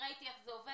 ראיתי איך זה עובד.